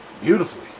beautifully